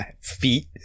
feet